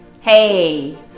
Hey